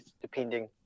depending